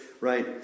right